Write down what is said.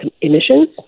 emissions